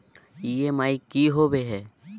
EMI की होवे है?